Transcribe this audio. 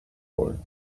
rôles